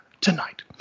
tonight